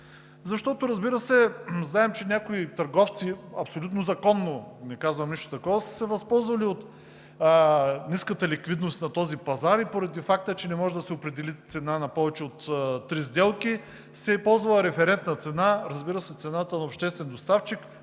Защото, разбира се, знаем, че някои търговци абсолютно законно, не казвам нищо друго, са се възползвали от ниската ликвидност на този пазар и поради факта, че не може да се определи цена на повече от три сделки, е ползвала референтна цена, разбира се, цената на обществен доставчик